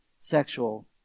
sexual